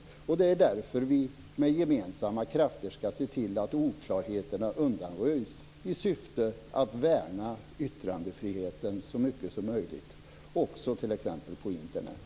Det är därför vi med gemensamma krafter skall se till att oklarheterna undanröjs i syfte att värna yttrandefriheten så mycket som möjligt också t.ex. på Internet.